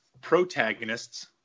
protagonists